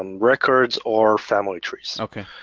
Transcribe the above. um records or family trees. okay.